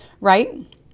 right